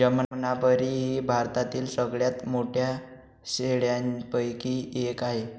जमनापरी ही भारतातील सगळ्यात मोठ्या शेळ्यांपैकी एक आहे